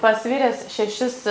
pasviręs šešis